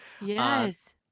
Yes